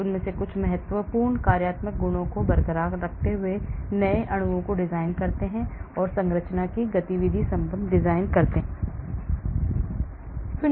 इसलिए मैं कुछ महत्वपूर्ण कार्यात्मक गुणों को बरकरार रखते हुए नए अणुओं को डिजाइन करता हूं मैं संरचना गतिविधि संबंध डिजाइन करता हूं